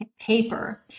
paper